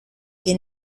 que